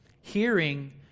Hearing